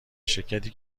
شرکتی